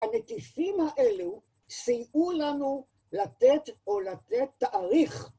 הנטיפים האלו סייעו לנו לתת או לתת תאריך.